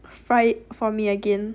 fry it for me again